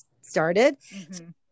started